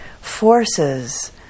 forces